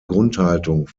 grundhaltung